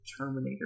Terminator